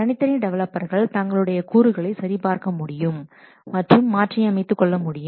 தனித்தனி டெவலப்பர்கள் தங்களுடைய கூறுகளை சரி பார்க்க முடியும் மற்றும் மாற்றி அமைத்துக் கொள்ள முடியும்